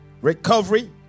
recovery